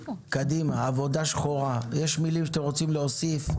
קידמה, עבודה שחורה, יש מילים שאתם רוצים להוסיף?